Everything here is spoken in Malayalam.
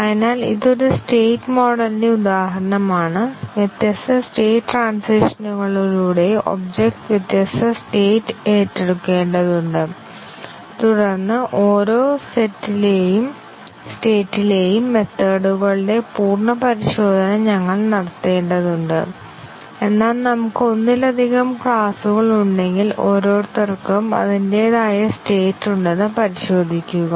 അതിനാൽ ഇത് ഒരു സ്റ്റേറ്റ് മോഡൽ ന്റെ ഉദാഹരണമാണ് വ്യത്യസ്ത സ്റ്റേറ്റ് ട്രാൻസിഷനുകളിലൂടെ ഒബ്ജക്റ്റ് വ്യത്യസ്ത സ്റ്റേറ്റ് ഏറ്റെടുക്കേണ്ടതുണ്ട് തുടർന്ന് ഓരോ സ്റ്റേറ്റ്ലെയും മെത്തേഡ്കളുടെ പൂർണ്ണ പരിശോധന ഞങ്ങൾ നടത്തേണ്ടതുണ്ട് എന്നാൽ നമുക്ക് ഒന്നിലധികം ക്ലാസുകൾ ഉണ്ടെങ്കിൽ ഓരോരുത്തർക്കും അതിന്റേതായ സ്റ്റേറ്റ് ഉണ്ടെന്ന് പരിശോധിക്കുക